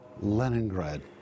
Leningrad